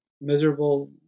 miserable